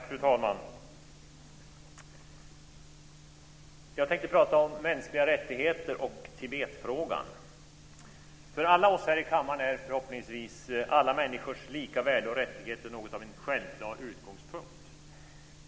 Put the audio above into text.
Fru talman! Jag tänker prata om mänskliga rättigheter och Tibetfrågan. För alla oss i denna kammare är förhoppningsvis alla människors lika värde och rättigheter något av en självklar utgångspunkt.